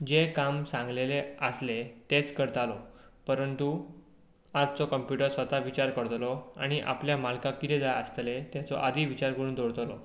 जें काम सांगिल्लें आसलें तेंच करतालो परंतू आजचो कंप्युटर स्वता विचार करतलो आनी आपल्या मालकाक कितें जाय आसतलें ताचो आदीं विचार करून दवरतलो